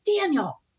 Daniel